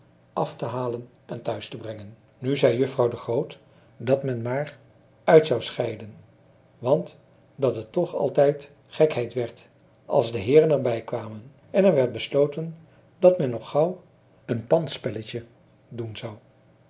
af te halen en thuis te brengen nu zei juffrouw de groot dat men maar uit zou scheiden want dat het toch altijd gekheid werd als de heeren er bijkwamen en er werd besloten dat men nog gauw een pandspelletje doen zou